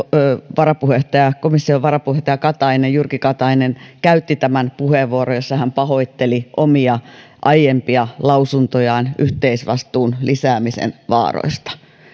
komission varapuheenjohtaja jyrki katainen käytti tämän puheenvuoron jossa hän pahoitteli omia aiempia lausuntojaan yhteisvastuun lisäämisen vaaroista